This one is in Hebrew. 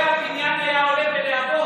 היה קורה, הבניין היה עולה בלהבות.